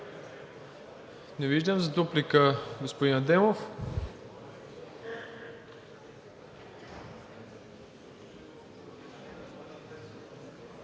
Не виждам. За дуплика – господин Адемов.